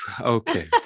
okay